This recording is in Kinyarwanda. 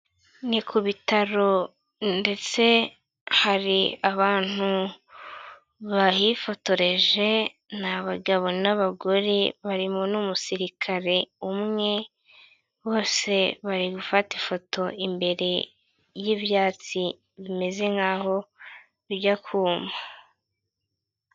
Ni ku bitaro ndetse hari abantu bahifotoreje, ni abagabo n'abagore barimo n'umusirikare umwe, bose bari gufata ifoto imbere y'ibyatsi bimeze nkaho bijya kuma.